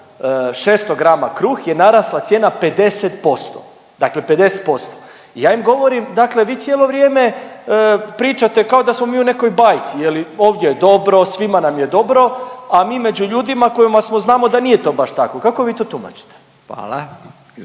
600g kruh je narasla cijena 50%, dakle 50% i ja im govorim dakle vi cijelo vrijeme pričate kao da smo mi u nekoj bajci je li, ovdje je dobro, svima nam je dobro, a među ljudima kojima smo znamo da nije to baš tako. Kako vi to tumačite?